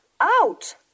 Out